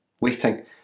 waiting